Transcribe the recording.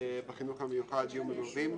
בחינוך המיוחד יהיו מלווים,